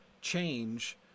change